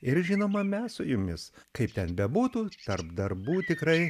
ir žinoma mes su jumis kaip ten bebūtų tarp darbų tikrai